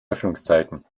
öffnungszeiten